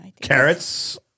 carrots